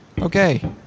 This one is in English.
Okay